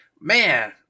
Man